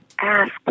ask